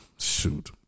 Shoot